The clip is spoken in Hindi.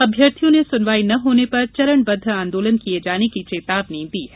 अभ्यर्थियों ने सुनवाई न होने पर चरणबद्ध आंदोलन किये जाने की चेतावनी दी है